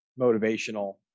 motivational